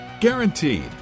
Guaranteed